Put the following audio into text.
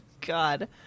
God